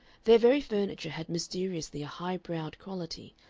their very furniture had mysteriously a high-browed quality,